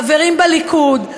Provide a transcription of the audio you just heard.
חברים בליכוד,